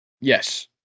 yes